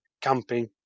camping